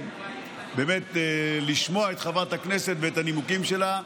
באמת לשמוע את חברת הכנסת ואת הנימוקים שלה,